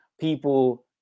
people